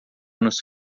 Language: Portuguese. nos